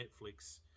Netflix